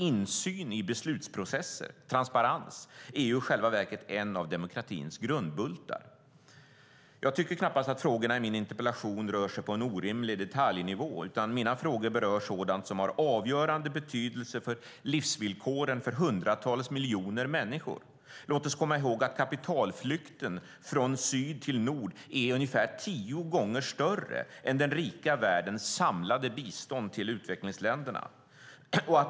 Insyn i beslutsprocesser och transparens är i själva verket en av demokratins grundbultar. Jag tycker knappast att frågorna i min interpellation rör sig på en orimlig detaljnivå. Mina frågor berör sådant som har avgörande betydelse för livsvillkoren för hundratals miljoner människor. Låt oss komma ihåg att kapitalflykten från syd till nord är ungefär tio gånger större än den rika världens samlade bistånd till utvecklingsländerna.